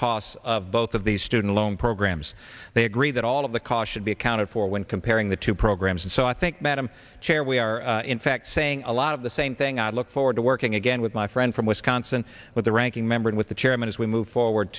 costs of both of these student loan programs they agree that all of the call should be accounted for when comparing the two programs and so i think madam chair we are in fact saying a lot of the same thing i look forward to working again with my friend from wisconsin with the ranking member and with the chairman as we move forward